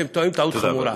אתם טועים טעות חמורה.